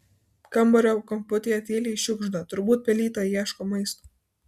kambario kamputyje tyliai šiugžda turbūt pelytė ieško maisto